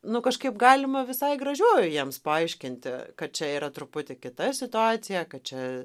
nu kažkaip galima visai gražiuoju jiems paaiškinti kad čia yra truputį kita situacija kad čia